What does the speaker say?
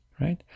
right